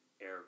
Air